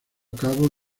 cabo